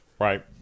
Right